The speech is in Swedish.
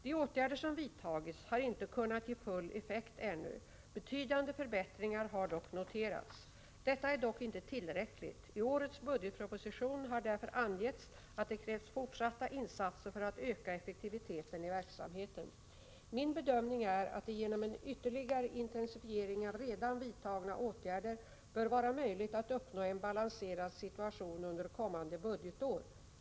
De åtgärder som vidtagits har inte kunnat ge full effekt ännu. Betydande förbättringar har dock noterats. Detta är dock inte tillräckligt. I årets budgetproposition har därför angetts att det krävs fortsatta insatser för att öka effektiviteten i verksamheten. Min bedömning är att det genom en ytterligare intensifiering av redan vidtagna åtgärder bör vara möjligt att uppnå en balanserad situation under kommande budgetår.